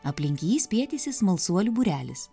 aplink jį spietėsi smalsuolių būrelis